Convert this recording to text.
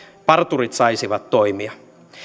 parturit saisivat toimia